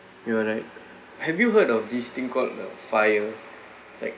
you know right have you heard of this thing called the FIRE is like